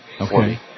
Okay